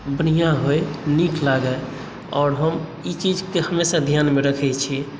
बढ़ियाॅं होई नीक लागय आओर हम ई चीजके हमेशा ध्यानमे रखै छियै